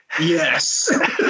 Yes